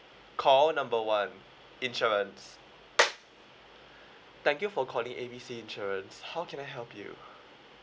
call number one insurance thank you for calling A B C insurance how can I help you